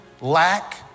lack